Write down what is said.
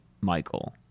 Michael